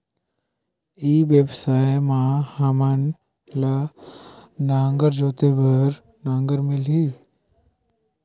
ई व्यवसाय मां हामन ला नागर जोते बार नागर मिलही?